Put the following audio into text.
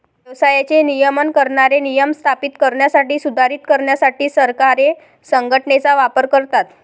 व्यवसायाचे नियमन करणारे नियम स्थापित करण्यासाठी, सुधारित करण्यासाठी सरकारे संघटनेचा वापर करतात